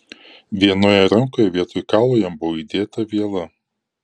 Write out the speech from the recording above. vienoje rankoje vietoj kaulo jam buvo įdėta viela